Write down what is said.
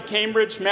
Cambridge